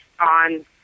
on